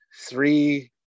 three